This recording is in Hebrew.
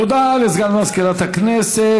תודה לסגן מזכירת הכנסת.